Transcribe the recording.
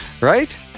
right